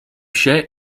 się